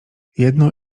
jedno